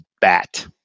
bat